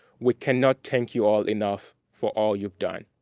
we cannot thank you all enough for all you've done.